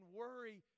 worry